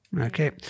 okay